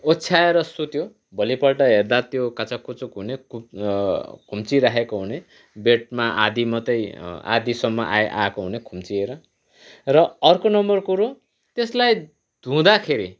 ओछ्याएर सुत्यो भोलिपल्ट हेर्दा त्यो कच्याककुचुक हुने खु खुम्चिरहेको हुने बेडमा आधी मात्रै आधीसम्म आ आएको हुने खुम्चिएर र अर्को नम्बर कुरो त्यसलाई धुँदाखेरि